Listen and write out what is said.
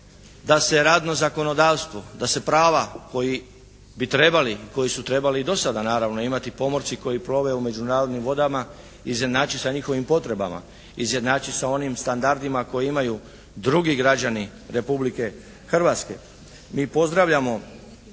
da se radno zakonodavstvo, da se prava koji bi trebali, koji su trebali i do sada naravno imati pomorci koji plove u međunarodnim vodama izjednači sa njihovim potrebama, izjednači sa onim standardima koji imaju drugi građani Republike Hrvatske. Mi pozdravljamo